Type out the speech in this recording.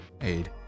aid